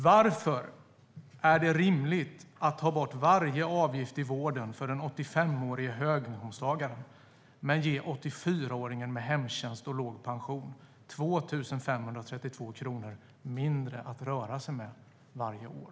Varför är det rimligt att ta bort varje avgift i vården för den 85-årige höginkomsttagaren men ge 84-åringen med hemtjänst och låg pension 2 532 kronor mindre att röra sig med varje år?